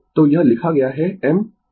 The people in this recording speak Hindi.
तो यह लिखा गया है m sin 2πf t